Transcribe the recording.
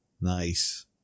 Nice